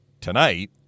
tonight